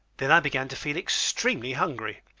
then i began to feel extremely hungry.